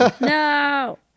No